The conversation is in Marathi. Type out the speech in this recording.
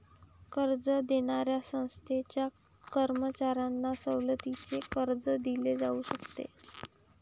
कर्ज देणाऱ्या संस्थांच्या कर्मचाऱ्यांना सवलतीचे कर्ज दिले जाऊ शकते